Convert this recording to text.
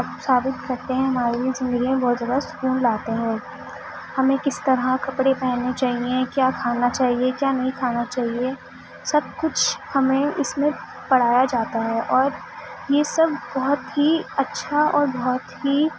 ثابت کرتے ہیں ہمارے لیے زندگی بہت زیادہ سکون لاتے ہیں ہمیں کس طرح کپڑے پہننے چاہیے کیا کھانا چاہیے کیا نہیں کھانا چاہیے سب کچھ ہمیں اس میں پڑھایا جاتا ہے اور یہ سب بہت ہی اچھا اور بہت ہی